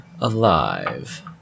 alive